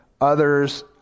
others